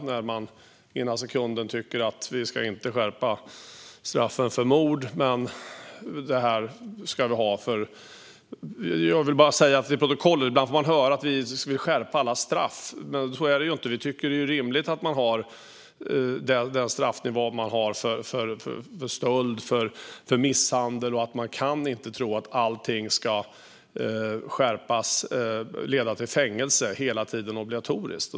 Den ena sekunden tycker man inte att vi ska skärpa straffet för mord, men här ska det skärpas. Ibland får vi höra att vi vill skärpa alla straff. Jag vill för protokollets skull säga att så är det inte. Vi tycker att det är rimligt att vi har den straffnivå vi har för stöld och misshandel. Man kan inte tro att allting ska skärpas och obligatoriskt leda till fängelse hela tiden.